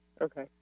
Okay